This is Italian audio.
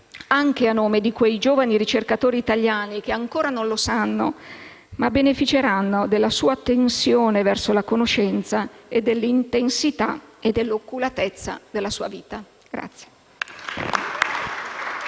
anche a nome di quei giovani ricercatori italiani che, ancora non lo sanno, ma beneficeranno della sua attenzione verso la conoscenza e dell'intensità e dell'oculatezza della sua vita.